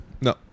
No